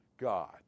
god